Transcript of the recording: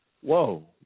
Whoa